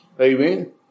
Amen